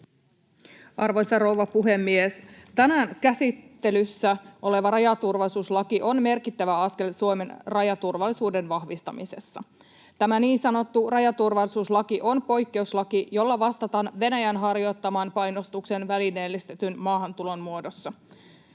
Arvoisa rouva puhemies! Tänään käsittelyssä oleva rajaturvallisuuslaki on merkittävä askel Suomen rajaturvallisuuden vahvistamisessa. Tämä niin sanottu rajaturvallisuuslaki on poikkeuslaki, jolla vastataan Venäjän harjoittamaan painostukseen välineellistetyn maahantulon muodossa.